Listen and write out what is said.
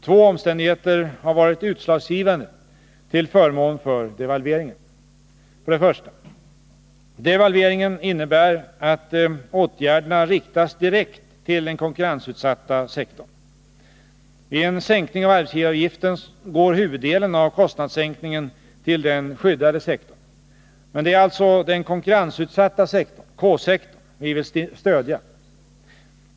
Två omständigheter har varit utslagsgivande till förmån för devalveringen. För det första: Devalveringen innebär att åtgärderna riktas direkt till den konkurrensutsatta sektorn. Vid en sänkning av arbetsgivaravgiften går huvuddelen av kostnadssänkningen till den skyddade sektorn. Men det är alltså den konkurrensutsatta sektorn, K-sektorn, vi vill stödja.